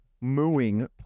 mooing